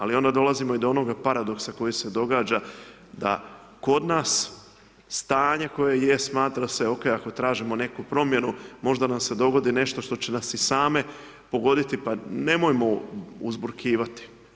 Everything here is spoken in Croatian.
Sli onda dolazimo i do onoga paradoksa, koji se događa, da kod nas, stanje koje jest smatra se, ok, ako tražimo neku promjenu, možda nam se dogodi i nešto što će nas i same pogoditi, pa nemojmo uzburkavati.